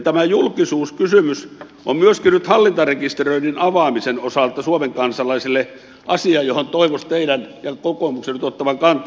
tämä julkisuuskysymys on myöskin nyt hallintarekisteröinnin avaamisen osalta suomen kansalaisille asia johon toivoisi teidän ja kokoomuksen nyt ottavan kantaa